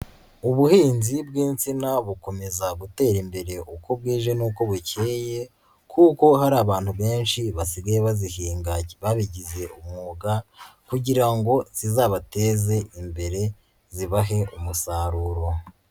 Ubuhinzi bw'insina bukomeza gutera imbere uko bwije n'uko bukeye, kuko hari abantu benshi basigaye bazihinga babigize umwuga kugira ngo zizabateze imbere, zibahe umusaruro.